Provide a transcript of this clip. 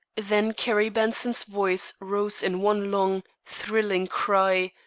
then carrie benson's voice rose in one long, thrilling cry,